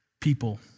people